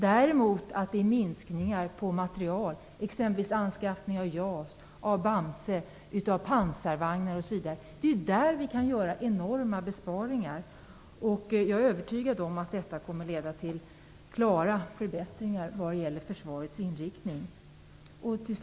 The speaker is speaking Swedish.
Däremot kan vi göra enorma besparingar genom nedskärningar på materielområdet, exempelvis JAS, Bamse, pansarvagnar osv. Jag är övertygad om att det skulle leda till klara förbättringar vad gäller försvarets inriktning. Fru talman!